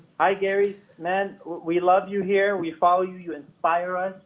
hi gary. man, we love you here, we follow you, you inspire us.